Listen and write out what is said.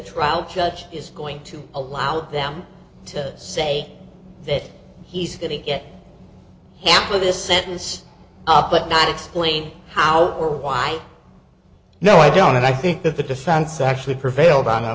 trial judge is going to allow them to say that he's going to get half of this sentence but not explain how or why no i don't and i think that the defense actually prevailed on